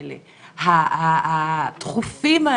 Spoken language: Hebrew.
הדחופים,